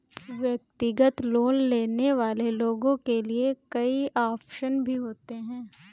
व्यक्तिगत लोन लेने वाले लोगों के लिये कई आप्शन भी होते हैं